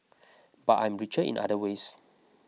but I'm richer in other ways